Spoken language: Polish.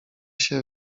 się